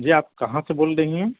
جی آپ کہاں سے بول رہی ہیں